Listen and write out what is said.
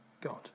God